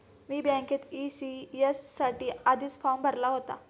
मी बँकेत ई.सी.एस साठी आधीच फॉर्म भरला होता